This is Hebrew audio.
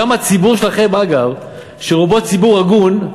גם הציבור שלכם, אגב, שרובו ציבור הגון,